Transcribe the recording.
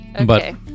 Okay